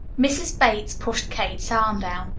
mrs. bates pushed kate's arm down.